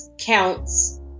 counts